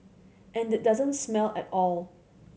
and it doesn't smell at all